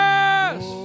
Yes